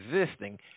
existing